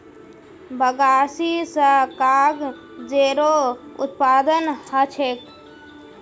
बगासी स कागजेरो उत्पादन ह छेक